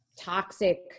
toxic